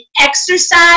exercise